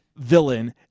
Villain